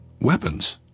weapons